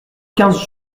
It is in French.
quinze